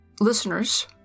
Listeners